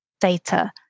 data